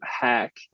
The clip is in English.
hack